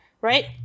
right